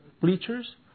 bleachers